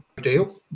deal